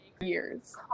years